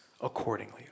Accordingly